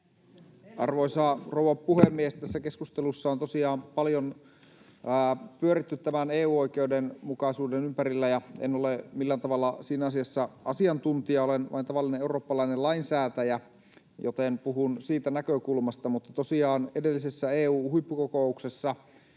Arvoisa rouva puhemies! Tässä keskustelussa on tosiaan paljon pyöritty EU-oikeuden mukaisuuden ympärillä, ja en ole millään tavalla siinä asiassa asiantuntija, olen vain tavallinen eurooppalainen lainsäätäjä, joten puhun siitä näkökulmasta. Tosiaan edellisessä EU-huippukokouksessa